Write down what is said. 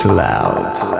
Clouds